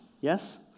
Yes